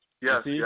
yes